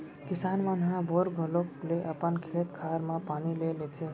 किसान मन ह बोर घलौक ले अपन खेत खार म पानी ले लेथें